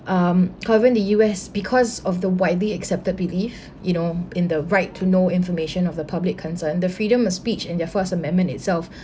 um current in the U_S because of the widely accepted belief you know in the right to know information of the public concern the freedom of speech and their first amendment itself